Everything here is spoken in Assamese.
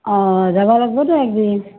অঁ যাব লাগবতো একদিন